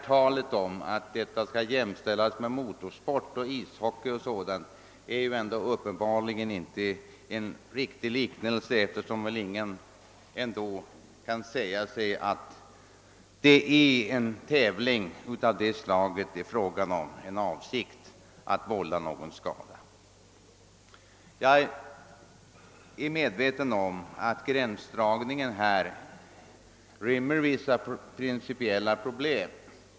Talet om att boxning skall jämställas med motorsport och ishockey innebär uppenbarligen inte en riktig liknelse eftersom väl ingen ändå kan säga sig att det inom dessa grenar gäller en tävling av samma slag som boxning, där avsikten är att vålla skada. Jag är medveten om att gränsdragningen här rymmer vissa principiella problem.